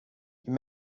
you